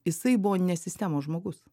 jisai buvo ne sistemos žmogus